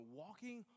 walking